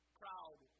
crowd